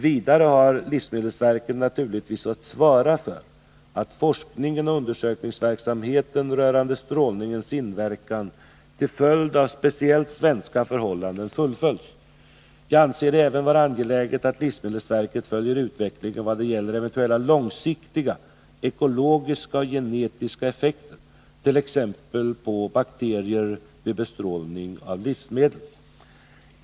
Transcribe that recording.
Vidare har livsmedelsverket naturligtvis att svara för att forskningen och undersökningsverksamheten rörande strålningens inverkan till följd av speciellt svenska förhållanden fullföljs. Jag anser det även vara angeläget att livsmedelsverket följer utvecklingen vad gäller eventuella långsiktiga ekologiska och genetiska effekter t.ex. på bakterier vid bestrålning av livsmedel.